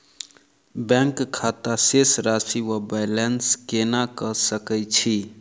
Bank खाता शेष राशि वा बैलेंस केना कऽ सकय छी?